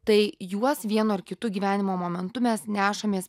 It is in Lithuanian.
tai juos vienu ar kitu gyvenimo momentu mes nešamės